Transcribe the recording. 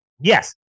Yes